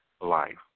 life